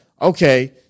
okay